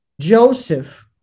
Joseph